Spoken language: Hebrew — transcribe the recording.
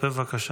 בבקשה.